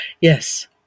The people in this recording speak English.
yes